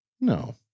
no